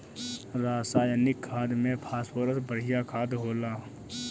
रासायनिक खाद में फॉस्फोरस बढ़िया खाद होला